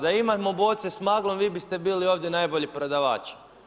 Da imamo boce s maglom, vi biste bili ovdje najbolji prodavač.